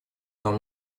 нам